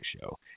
show